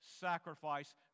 sacrifice